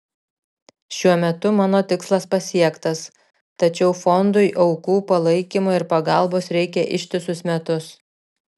šiuo metu mano tikslas pasiektas tačiau fondui aukų palaikymo ir pagalbos reikia ištisus metus